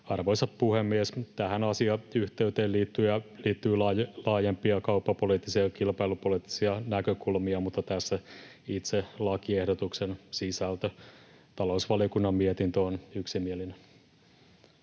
Arvoisa puhemies! Tähän asiayhteyteen liittyy laajempia kauppapoliittisia ja kilpailupoliittisia näkökulmia, mutta tässä itse lakiehdotuksen sisältö. Talousvaliokunnan mietintö on yksimielinen.